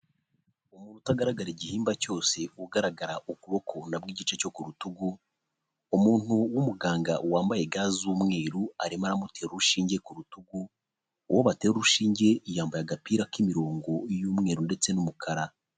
Umuntu utagaragara igihimba cyose ugaragara ukuboko nabwo igice cyo ku rutugu, umuntu w'umuganga wambaye ga z'umweruru arimo ara amutera urushinge ku rutugu, uwo batera urushinge yambaye agapira k'imirongo y'umweru ndetse n'umukara.